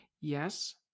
Yes